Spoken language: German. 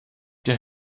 der